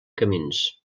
camins